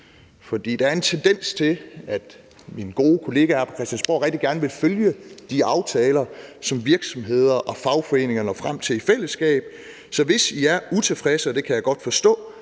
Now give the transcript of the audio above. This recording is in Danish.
der er en tendens til, at mine gode kollegaer her på Christiansborg rigtig gerne vil følge de aftaler, som virksomheder og fagforeninger når frem til i fællesskab. Så hvis I er utilfredse, og det kan jeg godt forstå,